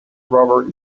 robert